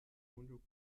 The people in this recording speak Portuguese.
comandante